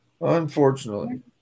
Unfortunately